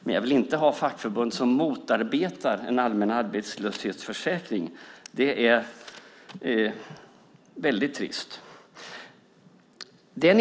Men jag vill inte ha fackförbund som motarbetar en allmän arbetslöshetsförsäkring. Det är trist.